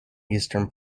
eastern